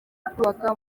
kubaka